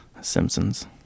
Simpsons